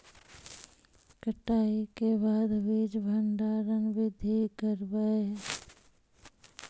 कटाई के बाद बीज भंडारन बीधी करबय?